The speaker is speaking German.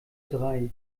drei